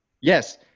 Yes